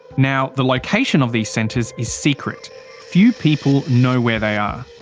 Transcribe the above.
now, the location of these centres is secret few people know where they are.